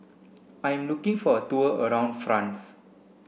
I am looking for a tour around France